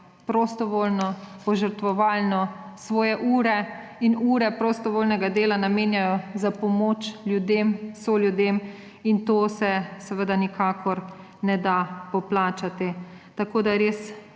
prostovoljno, požrtvovalno, svoje ure in ure prostovoljnega dela namenjajo za pomoč ljudem, soljudem in tega se seveda nikakor ne da poplačati. Moja